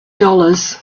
dollars